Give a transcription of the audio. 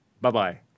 Bye-bye